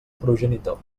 progenitor